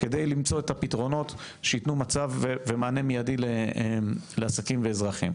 כדי למצוא את הפתרונות שייתנו מענה מיידי לעסקים ולאזרחים.